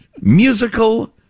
Musical